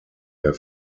der